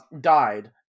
died